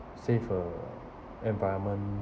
save uh environment